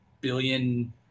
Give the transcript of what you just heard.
billion